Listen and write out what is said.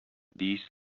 these